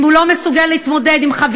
אם הוא לא מסוגל להתמודד עם חברים